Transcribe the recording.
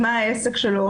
מה העסק שלו,